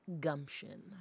gumption